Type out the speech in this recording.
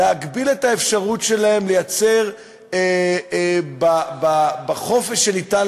להגביל את האפשרות שלהם לייצר בחופש שניתן